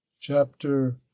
chapter